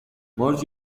مارج